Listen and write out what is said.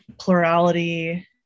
plurality